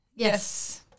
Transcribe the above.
Yes